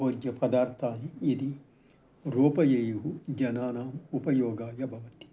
भोज्यपदार्थानि यदि रूपयेयुः जनानाम् उपयोगाय भवन्ति